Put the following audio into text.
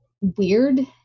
weird